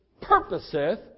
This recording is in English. purposeth